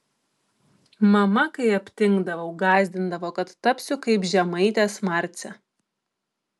mama kai aptingdavau gąsdindavo kad tapsiu kaip žemaitės marcė